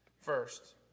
First